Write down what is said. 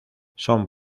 son